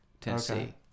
Tennessee